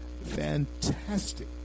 fantastic